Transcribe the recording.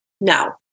No